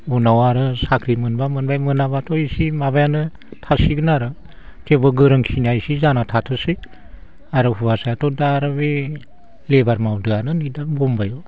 उनाव आरो साख्रि मोनब्ला मोनबाय मोनाब्लाथ' एसे माबायानो थासिगोन आरो थेवबो गोरोंखिनिया एसे जाना थाथोंसै आरो हौवासायाथ' दा आरो बे लेबार मावदोआरो नै दा बम्बाइआव